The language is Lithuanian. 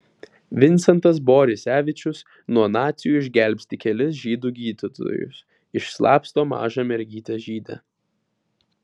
vincentas borisevičius nuo nacių išgelbsti kelis žydų gydytojus išslapsto mažą mergytę žydę